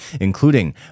including